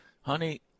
Honey